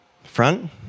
Front